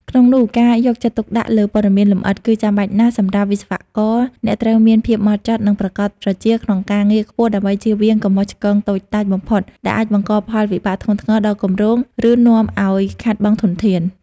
ក្នុងនោះការយកចិត្តទុកដាក់លើព័ត៌មានលម្អិត គឺចាំបាច់ណាស់សម្រាប់វិស្វករអ្នកត្រូវមានភាពម៉ត់ចត់ និងប្រាកដប្រជាក្នុងការងារខ្ពស់ដើម្បីជៀសវាងកំហុសឆ្គងតូចតាចបំផុតដែលអាចបង្កផលវិបាកធ្ងន់ធ្ងរដល់គម្រោង ឬនាំឱ្យខាតបង់ធនធាន។